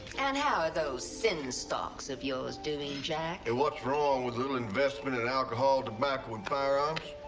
and how are those sin stocks of yours doing, jack? and what's wrong with a little investment in alcohol, tobacco and firearms?